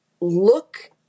look